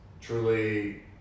truly